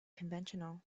conventional